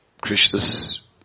Krishna's